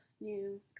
new